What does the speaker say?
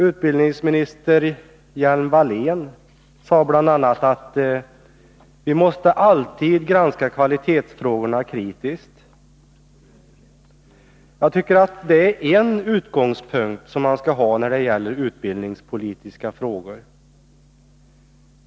Utbildningsminister Hjelm-Wallén sade bl.a. att vi alltid måste granska kvalitetsfrågorna kritiskt. Jag tycker att det är en utgångspunkt som man skall ha när det gäller utbildningspolitiken.